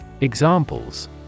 Examples